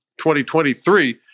2023